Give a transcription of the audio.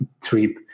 trip